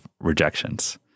rejections